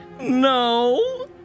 no